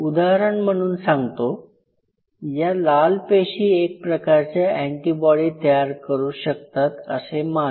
उदाहरण म्हणून सांगतो या लाल पेशी एक प्रकारच्या अँटीबॉडी तयार करू शकतात असे मानू